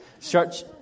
Church